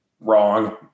wrong